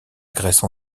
grèce